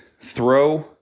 throw